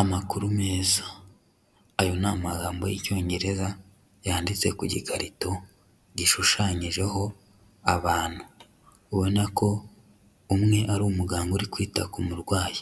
Amakuru meza. Ayo ni amagambo y'Icyongereza, yanditse ku gikarito gishushanyijeho abantu, ubona ko umwe ari umuganga uri kwita ku murwayi.